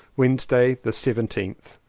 wednesday the seventeenth.